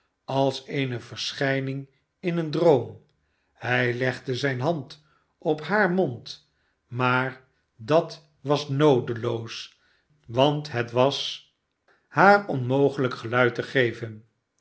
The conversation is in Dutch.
als eene verschijning in een droom hij legde zijne hand op haar mond maar dat was noodeloos want het was haar onmogelijk geluid te geven